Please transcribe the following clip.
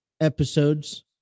episodes